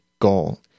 goal